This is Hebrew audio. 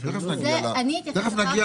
תיכף נגיע